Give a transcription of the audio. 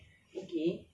kurang ajar sia